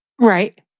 Right